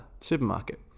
supermarket